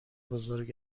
بزرگ